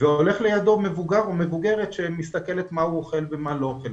שהולך לידו מבוגר או מבוגרת שמסתכל מה הוא אוכל ומה הוא לא אוכל.